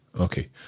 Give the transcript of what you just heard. okay